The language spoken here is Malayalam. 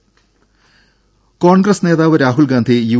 രുമ കോൺഗ്രസ് നേതാവ് രാഹുൽ ഗാന്ധി യു